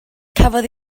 cafodd